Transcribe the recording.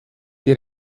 die